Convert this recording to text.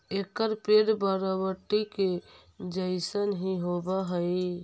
एकर पेड़ बरबटी के जईसन हीं होब हई